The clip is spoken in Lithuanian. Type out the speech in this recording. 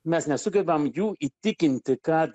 mes nesugebam jų įtikinti kad